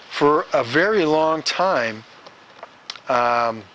for a very long time